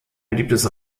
beliebtes